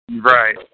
right